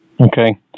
Okay